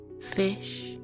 Fish